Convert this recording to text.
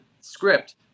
script